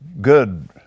good